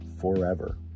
forever